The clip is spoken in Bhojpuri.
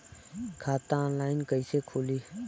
खाता ऑनलाइन कइसे खुली?